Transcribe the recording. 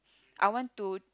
I want to